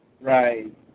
Right